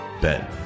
Ben